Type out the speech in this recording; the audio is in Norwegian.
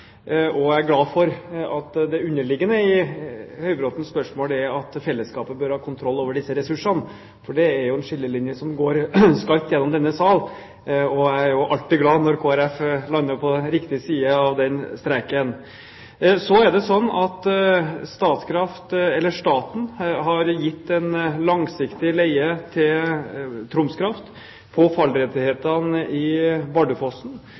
Jeg er glad for at det underliggende i Høybråtens spørsmål er at fellesskapet bør ha kontroll over disse ressursene. Det er en skillelinje som går skarpt gjennom denne sal om dette. Jeg er alltid glad når Kristelig Folkeparti lander på riktig side av den streken. Så er det slik at staten har gitt en langsiktig leie til Troms Kraft av fallrettighetene i Bardufossen.